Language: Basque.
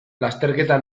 lasterketa